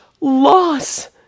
loss